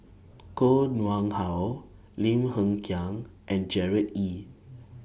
Koh Nguang How Lim Hng Kiang and Gerard Ee